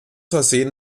versehen